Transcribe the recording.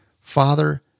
Father